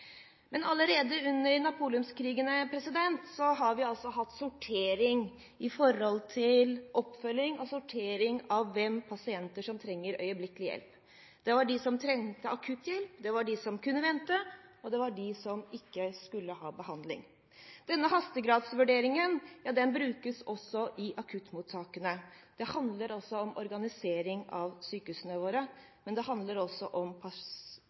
pasienter som trengte øyeblikkelig hjelp. Det var de som trengte akutthjelp, det var de som kunne vente, og det var de som ikke skulle ha behandling. Denne hastegradsvurderingen brukes også i akuttmottakene. Det handler om organisering av sykehusene våre, men det handler også om